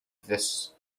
this